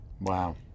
Wow